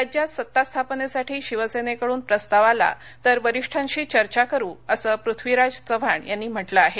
राज्यात सत्ता स्थापनेसाठी शिवसेनेकडून प्रस्ताव आला तर वरिष्ठांशी चर्चा करू असं पृथ्वीराज चव्हाण यांनी म्हटलं आहे